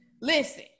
Listen